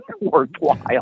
worthwhile